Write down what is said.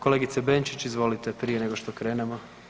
Kolegice Benčić izvolite prije nego što krenemo.